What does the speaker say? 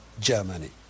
Germany